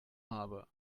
habe